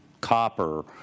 copper